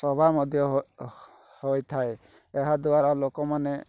ସଭା ମଧ୍ୟ ହୋଇଥାଏ ଏହାଦ୍ୱାରା ଲୋକମାନେ